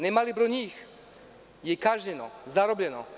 Ne mali broj njih je kažnjeno, zarobljeno.